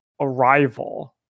Arrival